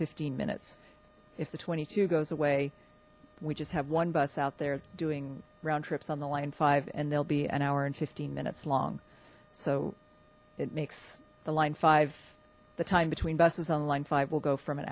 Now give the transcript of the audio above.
fifteen minutes if the twenty two goes away we just have one bus out there doing round trips on the line five and they'll be an hour and fifteen minutes long so it makes the line five the time between buses on line five will go from an